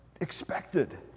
expected